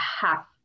half